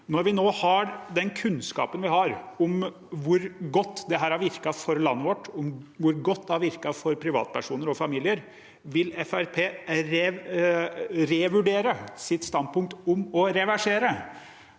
Når vi nå har den kunnskapen vi har om hvor godt dette har virket for landet vårt, hvor godt det har virket for privatpersoner og familier: Vil Fremskrittspartiet revurdere sitt standpunkt om å reversere,